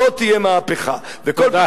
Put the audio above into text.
זאת תהיה מהפכה, תודה.